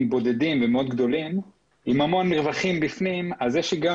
בודדים וגדולים מאוד עם המון מרווחים בפנים אז יש היגיון